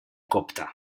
copta